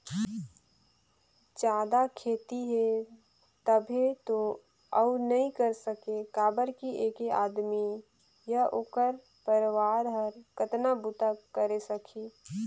जादा खेती हे तभे तो अउ नइ कर सके काबर कि ऐके आदमी य ओखर परवार हर कतना बूता करे सकही